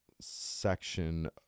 section